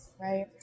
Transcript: Right